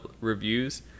reviews